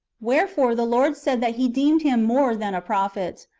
wherefore the lord said that he deemed him more than a prophet.